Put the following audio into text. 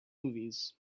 movies